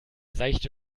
seichte